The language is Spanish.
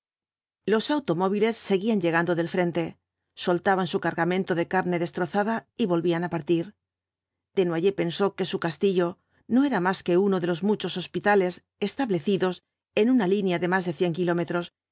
los automóviles seguían llegando del frente soltaban su cargamento de carne destrozada y volvían á partir desnoyers pensó que su castillo no era más que uno de los muchos hospitales establecidos en una línea de más de cien kilómetros